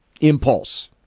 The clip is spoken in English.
impulse